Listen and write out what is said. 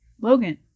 Logan